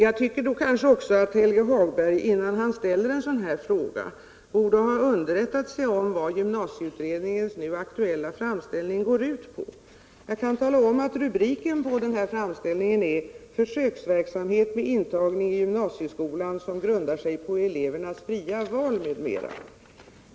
Jag tycker att Helge Hagberg innan han ställer en sådan här fråga borde ha underrättat sig om vad gymnasieutredningens nu aktuella framställning går ut på. Jag kan tala om att rubriken på den framställningen är Försöksverksamhet med intagning i gymnasieskolan som grundar sig på elevernas fria val, m.m.